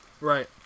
Right